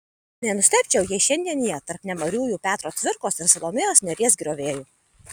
nenustebčiau jei šiandien jie tarp nemariųjų petro cvirkos ir salomėjos nėries griovėjų